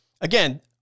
Again